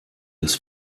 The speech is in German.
des